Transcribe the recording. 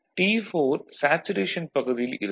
இதில் T4 saturation பகுதியில் இருக்கும்